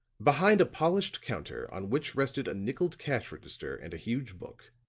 behind a polished counter on which rested a nickeled cash register and a huge book,